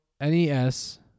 NES